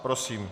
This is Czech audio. Prosím.